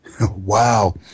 wow